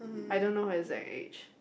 I don't know her exact age